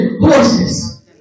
horses